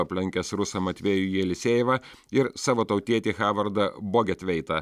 aplenkęs rusą matvėjo jelisejevą ir savo tautietį havardą bogetveitą